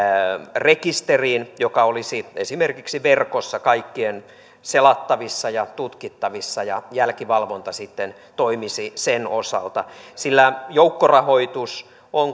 rekisteriin joka olisi esimerkiksi verkossa kaikkien selattavissa ja tutkittavissa ja jälkivalvonta sitten toimisi sen osalta joukkorahoitus on